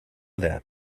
that